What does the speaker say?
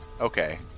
Okay